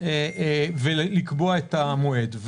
ולקבוע את המועד.